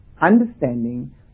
understanding